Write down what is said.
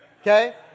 Okay